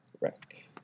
Wreck